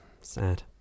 sad